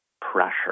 pressure